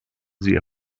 sie